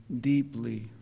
deeply